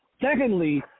Secondly